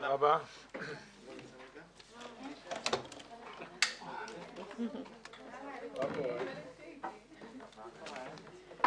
הישיבה ננעלה בשעה 10:33.